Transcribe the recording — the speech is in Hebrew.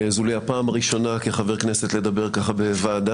זו לי הפעם הראשונה כחבר כנסת לדבר בוועדה.